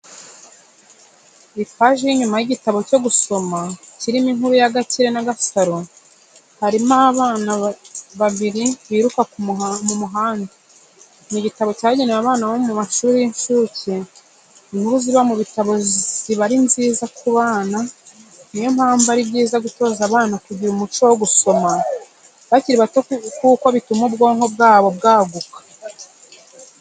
Ipaji y'inyuma y'igitabo cyo gusoma kirimo inkuru ya Gakire na Gasaro, hariho abana babiri biruka mu muhanda, ni igitabo cyagenewe abana bomu mashuri y'insuke. Inkuru ziba mu bitabo ziba ari nziza ku bana niyo mpamvu ari byiza gutoza abana kugira umuco wo gusoma bakiri bato kuko bituma ubwonko bwabo bwaguka